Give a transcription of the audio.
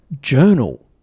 journal